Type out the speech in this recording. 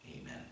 Amen